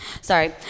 Sorry